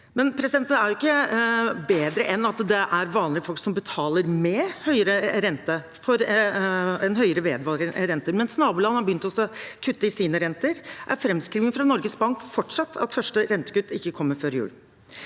er den jo ikke bedre enn at det er vanlige folk som betaler en vedvarende høyere rente. Mens naboland har begynt å kutte i sine renter, er framskrivingen fra Norges Bank fortsatt at første rentekutt ikke kommer før jul.